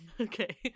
Okay